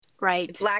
Right